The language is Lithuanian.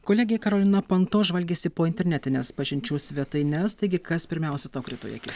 kolegė karolina panto žvalgėsi po internetines pažinčių svetaines taigi kas pirmiausia krito į akis